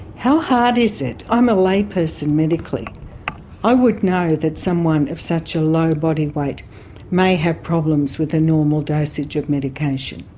how hard is it? i'm a layperson medically i would know that someone of such a low body weight may have problems with a normal dosage of medication.